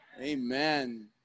Amen